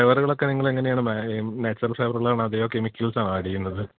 ഫ്ളേവറുകളൊക്കെ നിങ്ങളെങ്ങനെയാണ് ഈ നാച്ചുറൽ ഫ്ലേവറുകളാണോ അതോ കെമിക്കൽസാണോ ആഡെയ്യുന്നത്